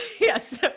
yes